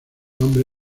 nombre